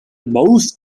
most